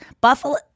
Buffalo-